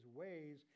ways